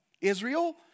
Israel